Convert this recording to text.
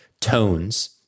tones